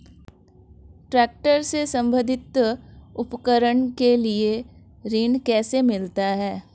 Tractor से संबंधित उपकरण के लिए ऋण कैसे मिलता है?